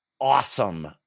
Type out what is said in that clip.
awesome